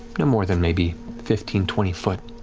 no more than maybe fifteen, twenty foot,